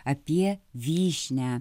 apie vyšnią